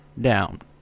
down